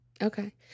Okay